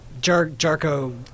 Jarko